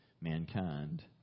mankind